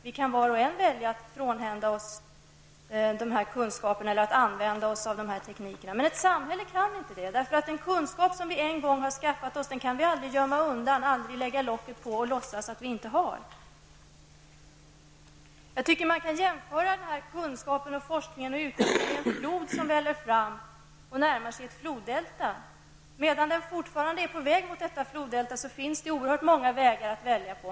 Vi kan var och en välja att frånhända oss dessa kunskaper eller att använda oss av denna teknik. Men ett samhälle kan inte det. Den kunskap som vi en gång har skaffat oss kan vi aldrig gömma undan, lägga locket på och låtsas att vi inte har. Man kan jämföra denna kunskap, forskning och utveckling med en flod som väller fram och närmar sig ett floddelta. Medan den fortfarande är på väg mot detta floddelta finns det oerhört många vägar att välja på.